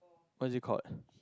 what is it called